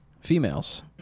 females